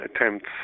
attempts